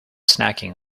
snacking